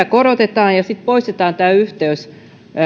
korotetaan ja poistetaan tämä yhteys